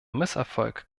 misserfolg